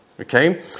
Okay